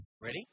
Ready